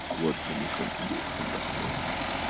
what can you contribute from that point counts.